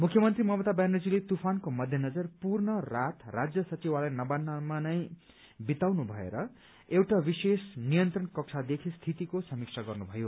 मुख्यमन्त्री ममता ब्यानर्जीले तूफानको मध्यनजर पूर्ण रात राज्य सचिवालय नवान्रमा नै बिताउनु भएर एउटा विशेष नियन्त्रण कक्षादेखि स्थितिको समीक्षा गर्नुभयो